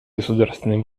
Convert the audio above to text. государственной